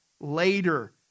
later